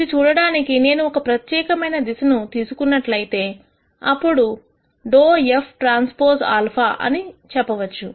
ఇది చూడడానికి నేను ఒక ప్రత్యేకమైన దిశను తీసుకున్నట్లయితే అప్పుడు δ f T α అని చెప్పవచ్చు